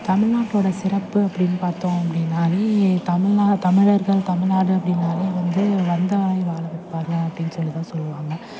தமிழ்நாட்டோட சிறப்பு அப்படின் பார்த்தோம் அப்படின்னாலே தமிழ்னா தமிழர்கள் தமிழ்நாடு அப்படின்னாலே வந்து வந்தாரை வாழ வைப்பாங்க அப்படின் சொல்லிதான் சொல்லுவாங்க